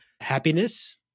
happiness